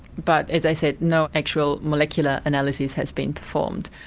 but as i said, no actual molecular analyses has been performed.